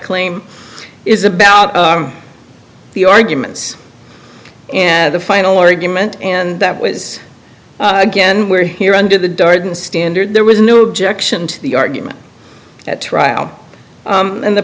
claim is about the arguments and the final argument and that was again where here under the darden standard there was no objection to the argument at trial and the